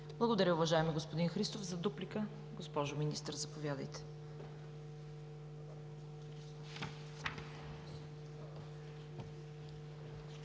Благодаря, уважаеми господин Христов. За дуплика – госпожо Министър, заповядайте.